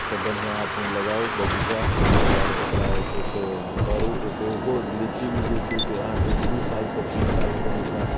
से बढ़िआँ अपने लगाउ बगीचा आओर ओकरा जे से छै करू ओहो लीची भी जे छै से अहाँके दू सालसँ तीन साल अगर ओकरा